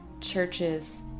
churches